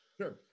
sure